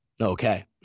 Okay